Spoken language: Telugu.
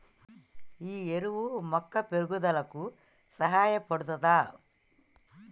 ఈ ఎరువు మొక్క పెరుగుదలకు సహాయపడుతదా?